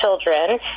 children